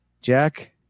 Jack –